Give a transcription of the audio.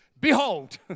Behold